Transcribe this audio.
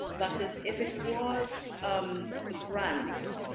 versus, if it was a grant,